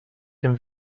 dem